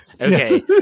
Okay